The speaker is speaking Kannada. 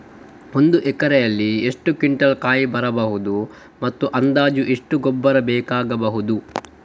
ಒಂದು ಎಕರೆಯಲ್ಲಿ ಎಷ್ಟು ಕ್ವಿಂಟಾಲ್ ಕಾಯಿ ಬರಬಹುದು ಮತ್ತು ಅಂದಾಜು ಎಷ್ಟು ಗೊಬ್ಬರ ಬೇಕಾಗಬಹುದು?